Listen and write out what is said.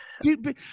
dude